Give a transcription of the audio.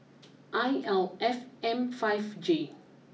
I L F M five J